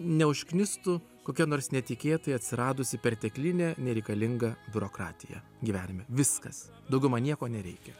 neužknistų kokia nors netikėtai atsiradusi perteklinė nereikalinga biurokratija gyvenime viskas daugiau man nieko nereikia